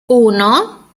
uno